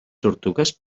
tortugues